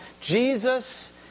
Jesus